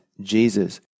Jesus